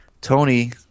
Tony